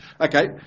Okay